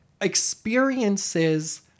experiences